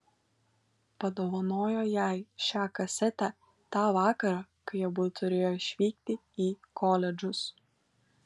padovanojo jai šią kasetę tą vakarą kai abu turėjo išvykti į koledžus